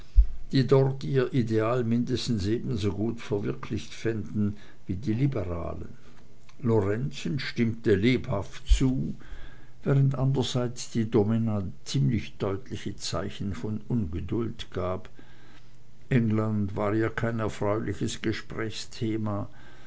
die dort ihr ideal mindestens ebensogut verwirklicht fänden wie die liberalen lorenzen stimmte lebhaft zu während andrerseits die domina ziemlich deutliche zeichen von ungeduld gab england war ihr kein erfreuliches gesprächsthema